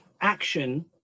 action